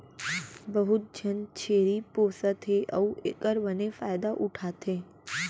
बहुत झन छेरी पोसत हें अउ एकर बने फायदा उठा थें